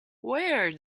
where